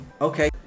Okay